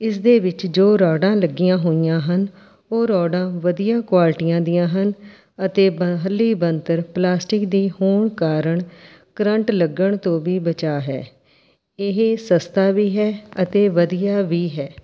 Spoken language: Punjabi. ਇਸਦੇ ਵਿੱਚ ਜੋ ਰੋਡਾਂ ਲੱਗੀਆਂ ਹੋਈਆਂ ਹਨ ਉਹ ਰੋਡਾਂ ਵਧੀਆ ਕੁਆਲਿਟੀਆਂ ਦੀਆਂ ਹਨ ਅਤੇ ਬ ਹੱਲੀ ਬਨਤਰ ਪਲਾਸਟਿਕ ਦੀ ਹੋਣ ਕਾਰਨ ਕਰੰਟ ਲੱਗਣ ਤੋਂ ਵੀ ਬਚਾ ਹੈ ਇਹ ਸਸਤਾ ਵੀ ਹੈ ਅਤੇ ਵਧੀਆ ਵੀ ਹੈ